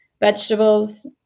vegetables